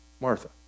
Martha